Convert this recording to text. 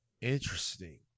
Interesting